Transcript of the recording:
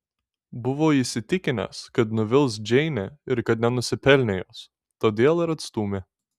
buvo įsitikinęs kad nuvils džeinę ir kad nenusipelnė jos todėl ir atstūmė